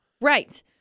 Right